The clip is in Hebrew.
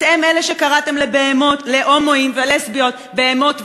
אתם אלה שקראו להומואים ולסביות "בהמות"